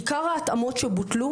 עיקר ההתאמות שבוטלו